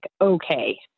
okay